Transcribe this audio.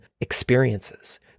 experiences